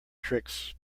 tricks